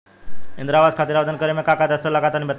इंद्रा आवास खातिर आवेदन करेम का का दास्तावेज लगा तऽ तनि बता?